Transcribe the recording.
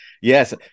Yes